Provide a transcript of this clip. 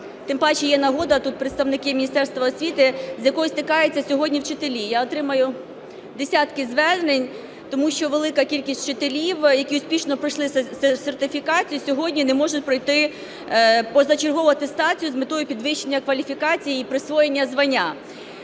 тим паче є нагода, тут представники Міністерства освіти, з якою стикаються сьогодні вчителі. Я отримую десятки звернень, тому що велика кількість вчителів, які успішно пройшли сертифікацію, сьогодні не можуть пройти позачергову атестацію з метою підвищення кваліфікації і присвоєння звання.